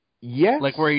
Yes